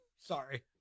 Sorry